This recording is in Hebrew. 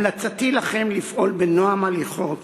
המלצתי לכם לפעול בנועם הליכות,